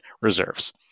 reserves